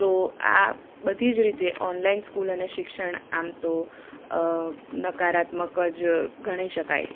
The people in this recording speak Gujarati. તો આ બધી જ રીતે ઓનલાઈન સ્કૂલ અને શિક્ષણ આમ તો નકારાત્મક જ ગણાવી શકાય